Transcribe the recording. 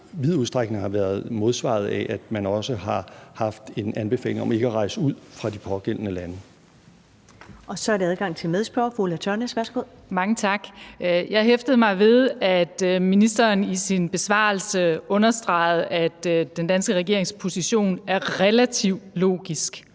vid udstrækning har været modsvaret af, at man også har haft en anbefaling om ikke at rejse ud fra de pågældende lande. Kl. 13:44 Første næstformand (Karen Ellemann): Så er der adgang til medspørgeren. Fru Ulla Tørnæs, værsgo. Kl. 13:44 Ulla Tørnæs (V): Mange tak. Jeg hæftede mig ved, at ministeren i sin besvarelse understregede, at den danske regerings position er relativt logisk.